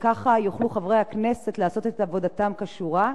וככה יוכלו חברי הכנסת לעשות את עבודתם כשורה,